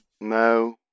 No